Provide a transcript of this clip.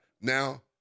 Now